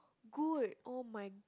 good oh my